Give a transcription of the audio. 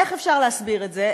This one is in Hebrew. איך אפשר להסביר את זה?